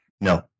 No